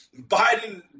Biden